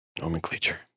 nomenclature